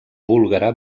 búlgara